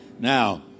Now